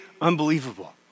unbelievable